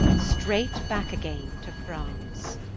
straight backe againe to france.